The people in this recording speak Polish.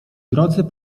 drodzy